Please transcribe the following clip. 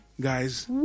guys